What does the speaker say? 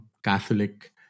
catholic